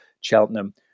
Cheltenham